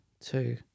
two